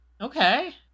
okay